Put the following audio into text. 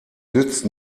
nützt